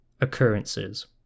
occurrences